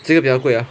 这个比较贵 ah